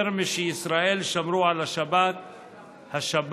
יותר משישראל שמרו על השבת השבת